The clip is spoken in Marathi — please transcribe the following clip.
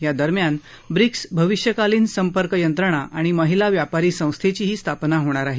या दरम्यान ब्रिक्स भविष्यकालीन संपर्क यंत्रणा आणि महिला व्यापारी संस्थेची स्थापनाही होणार आहे